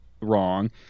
wrong